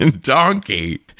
donkey